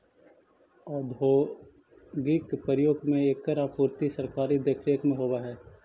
औद्योगिक प्रयोग में एकर आपूर्ति सरकारी देखरेख में होवऽ हइ